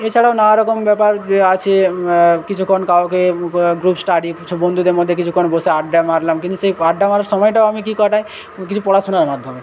এছাড়াও নানারকম ব্যাপার যে আছে কিছুক্ষণ কাউকে গ্রুপ স্টাডি কিছু বন্ধুদের মধ্যে কিছুক্ষণ বসে আড্ডা মারলাম কিন্তু সেই আড্ডা মারার সময়টাও আমি কী কাটাই কিছু পড়াশোনার মাধ্যমে